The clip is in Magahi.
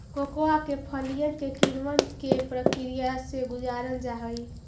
कोकोआ के फलियन के किण्वन के प्रक्रिया से गुजारल जा हई